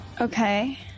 okay